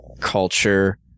culture